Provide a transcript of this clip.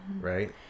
right